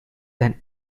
then